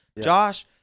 Josh